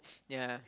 ya